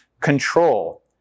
control